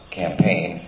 campaign